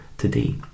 today